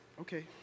okay